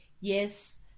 yes